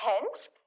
Hence